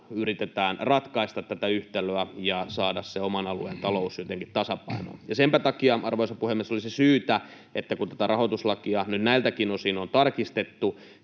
yritetään ratkaista tätä yhtälöä ja saada se oman alueen talous jotenkin tasapainoon. Senpä takia, arvoisa puhemies, olisi syytä, että kun tätä rahoituslakia nyt näiltäkin osin on tarkistettu,